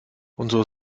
unsere